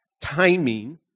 timing